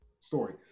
story